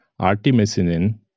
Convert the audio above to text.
artemisinin